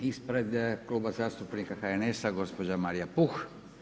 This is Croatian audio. Ispred Kluba zastupnika HNS-a gospođa Marija Puh.